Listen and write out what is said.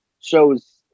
shows